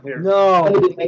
No